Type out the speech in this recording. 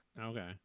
Okay